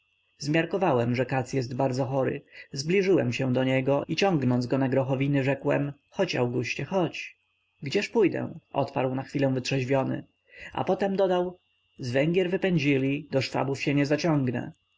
że katz jest bardzo chory zbliżyłem się do niego i ciągnąc go na grochowiny rzekłem chodź auguście chodź gdzież pójdę odparł na chwilę wytrzeźwiony a potem dodał z węgier wypędzili do szwabów się nie zaciągnę